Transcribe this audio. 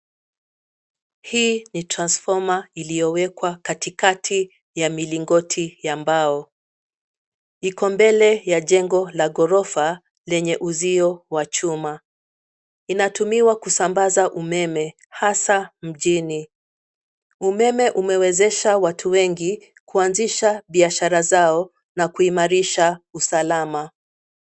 Hii ni transfoma iliyowekwa katikati ya milingoti ya mbao. Iko mbele ya jengo la ghorofa lenye uzio wa chuma. Inatumiwa kusambaza umeme hasa mjini. Umeme umewezesha watu wengi kuanzisha biashara zao na kuimarisha usalama.